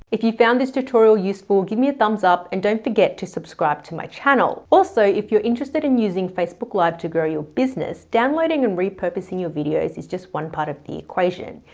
if you found this tutorial useful, give me a thumbs up and don't forget to subscribe to my channel. also, if you're interested in using facebook live to grow your business, downloading and re-purposing your videos is just one part of the equation.